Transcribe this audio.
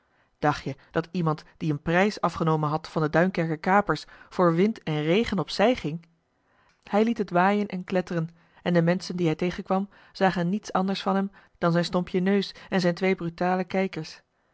dacht je dat iemand die een prijs afgenomen had van de duinkerker kapers voor wind en regen op zij ging hij liet het waaien en kletteren en de menschen die hij tegenkwam zagen niets anders van hem dan zijn stompje neus en zijn twee brutale kijkers